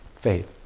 faith